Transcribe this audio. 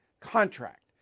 contract